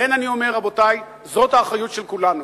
לכן אני אומר: רבותי, זאת האחריות של כולנו,